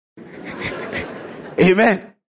Amen